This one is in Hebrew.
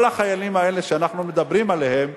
כל החיילים האלה שאנחנו מדברים עליהם,